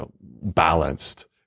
balanced